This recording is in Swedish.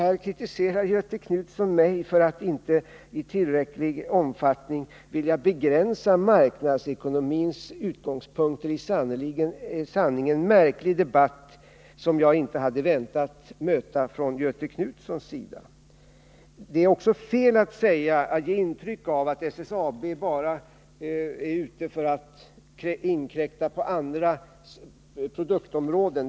Nu kritiserar Göthe Knutson mig för att inte i tillräcklig omfattning vilja begränsa marknadsekonomins utgångspunkter, och det är sannerligen en märklig debatt som jag inte hade väntat mig att Göthe Knutson skulle vilja föra. Det är också fel att ge intryck av att SSAB bara är ute efter att inkräkta på andra produktområden.